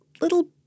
little